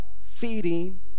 feeding